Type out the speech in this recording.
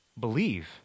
believe